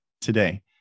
today